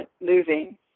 moving